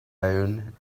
own